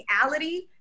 reality